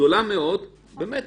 גדולה מאוד בנושא.